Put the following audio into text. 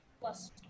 plus